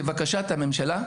כבקשת הממשלה,